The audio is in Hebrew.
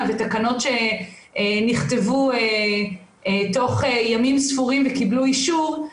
בתקנות שנכתבו תוך ימים ספורים וקיבלו אישור.